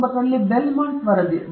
ನಂತರ 1979 ರಲ್ಲಿ ಬೆಲ್ಮಾಂಟ್ ವರದಿ